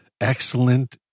excellent